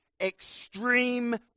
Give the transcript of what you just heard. Extreme